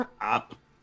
Up